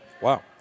Wow